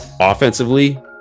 offensively